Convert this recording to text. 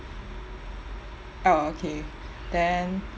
oh okay then